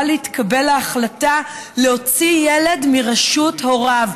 להתקבל ההחלטה להוציא ילד מרשות הוריו,